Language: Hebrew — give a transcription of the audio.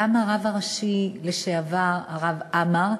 גם הרב הראשי לשעבר הרב עמאר,